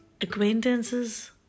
acquaintances